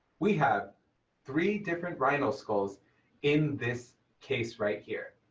we have three different rhino skulls in this case right here.